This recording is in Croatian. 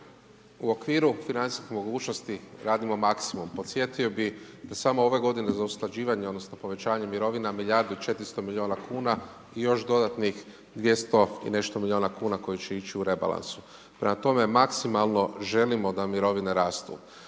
U okviru financijskih mogućnosti radimo maksimum. Podsjetio bi da samo ove godine za usklađivanje odnosno povećanje mirovina, milijardu i 400 000 milijuna kuna i još dodatnih 200 i nešto milijuna kuna koji će ići u rebalansu. Prema tome, maksimalno želimo da mirovine rastu.